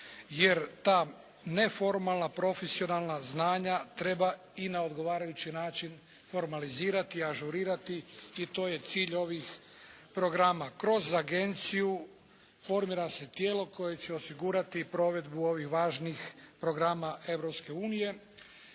jer ta neformalna profesionalna znanja treba i na odgovarajući način formalizirati, ažurirati i to je cilj ovih programa. Kroz agenciju formira se tijelo koje će osigurati provedbu ovih važnih programa